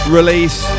release